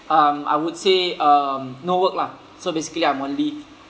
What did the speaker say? um I would say um no work lah so basically I'm on leave